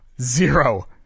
Zero